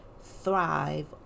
thrive